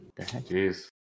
jeez